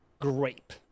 Grape